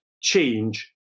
change